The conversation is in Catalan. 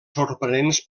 sorprenents